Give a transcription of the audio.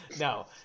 no